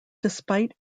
despite